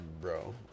bro